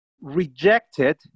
rejected